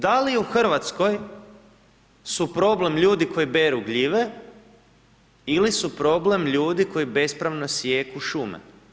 Da li u Hrvatskoj su problem ljudi koji beru gljive ili su problem ljudi koji bespravno sijeku šume?